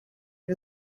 ibi